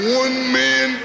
one-man